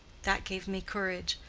that gave me courage.